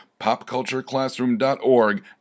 popcultureclassroom.org